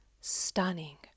Stunning